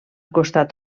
costat